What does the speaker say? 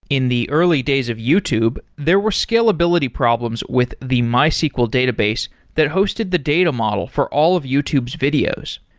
in the early days of youtube, there were scalability problems with the mysql database that hosted the data model for all of youtube's videos.